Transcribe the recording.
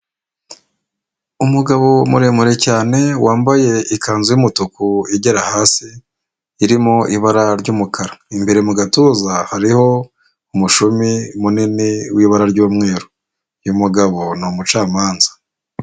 Umugabo muremure cyane wambaye ikanzu y'umutuku igera hasi irimo ibara ry'umukara, imbere mu gatuza hariho umushumi munini w'ibara ry'umweru, uyu mugabo ni umucamanza.